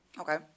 Okay